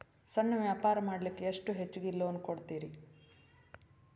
ಸಣ್ಣ ವ್ಯಾಪಾರ ಮಾಡ್ಲಿಕ್ಕೆ ಎಷ್ಟು ಹೆಚ್ಚಿಗಿ ಲೋನ್ ಕೊಡುತ್ತೇರಿ?